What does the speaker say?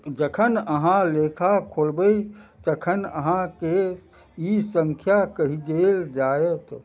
जखन अहाँ लेखा खोलबै तखन अहाँके ई संख्या कहि देल जायत